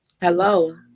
Hello